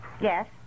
Yes